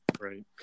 Right